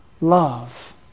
love